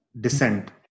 descent